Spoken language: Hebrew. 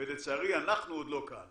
ולצערי אנחנו עוד לא כאן